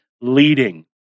leading